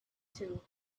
too